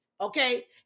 okay